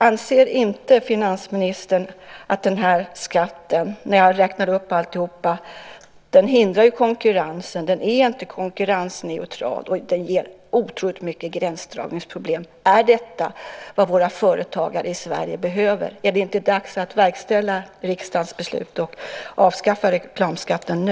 Anser inte finansministern att den här skatten, efter allt som jag räknat upp, hindrar konkurrensen? Den är inte konkurrensneutral, och den ger otroligt mycket gränsdragningsproblem. Är detta vad våra företagare i Sverige behöver? Är det inte dags att verkställa riksdagens beslut och avskaffa reklamskatten nu?